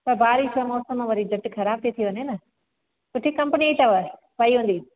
पर बारिश जो मौसम आहे वरी झट ख़राब थी थी वञे न सुठी कंपनीअ जी अथव पई हूंदी